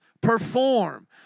perform